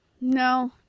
no